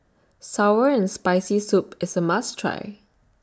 Sour and Spicy Soup IS A must Try